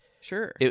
sure